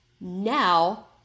now